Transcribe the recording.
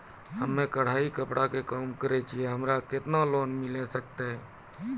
हम्मे कढ़ाई कपड़ा के काम करे छियै, हमरा केतना लोन मिले सकते?